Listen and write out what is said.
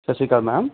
ਸਤਿ ਸ਼੍ਰੀ ਅਕਾਲ ਮੈਮ